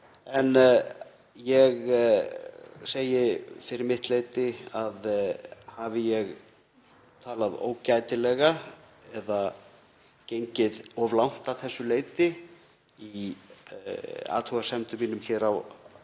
En ég segi fyrir mitt leyti að hafi ég talað ógætilega eða gengið of langt að þessu leyti í athugasemdum mínum hér á